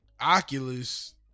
Oculus